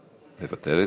מוותרת.